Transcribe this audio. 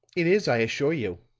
it is, i assure you.